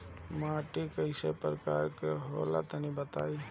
माटी कै प्रकार के होला तनि बताई?